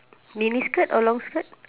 mini skirt or long skirt